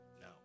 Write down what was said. no